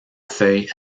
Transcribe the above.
feuilles